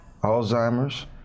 Alzheimer's